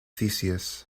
theseus